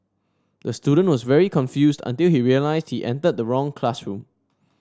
the student was very confused until he realised he entered the wrong classroom